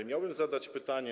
Chciałbym zadać pytanie.